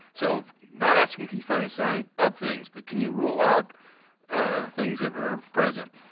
so, not asking, can you find a sign of things? but can you rule out things that were present?